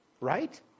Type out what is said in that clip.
Right